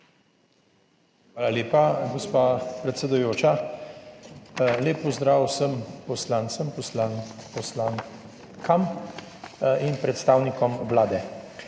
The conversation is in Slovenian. Hvala lepa, gospa predsedujoča. Lep pozdrav vsem poslancem, poslankam in predstavnikom Vlade!